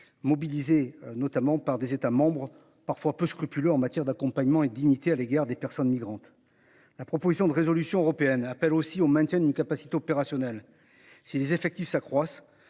mobilisés notamment par des États membres parfois peu scrupuleux en matière d'accompagnement et dignité à l'égard des personnes migrantes. La proposition de résolution européenne appelle aussi au maintien d'une capacité opérationnelle. Si les effectifs s'accroissent